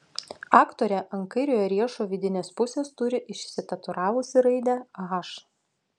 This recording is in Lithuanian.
aktorė ant kairiojo riešo vidinės pusės turi išsitatuiravusi raidę h